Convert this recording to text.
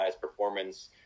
performance